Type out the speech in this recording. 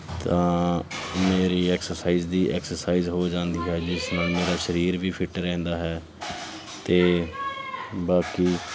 ਤਾਂ ਮੇਰੀ ਐਕਸਰਸਾਈਜ਼ ਦੀ ਐਕਸਰਸਾਈਜ਼ ਹੋ ਜਾਂਦੀ ਹੈ ਜਿਸ ਨਾਲ ਮੇਰਾ ਸਰੀਰ ਵੀ ਫਿੱਟ ਰਹਿੰਦਾ ਹੈ ਅਤੇ ਬਾਕੀ